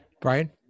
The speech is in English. Brian